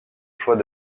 choix